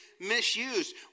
misused